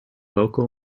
local